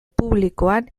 publikoan